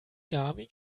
gaby